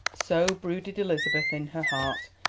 so brooded elizabeth in her heart,